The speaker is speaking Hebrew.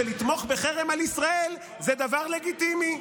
שלתמוך בחרם על ישראל זה דבר לגיטימי,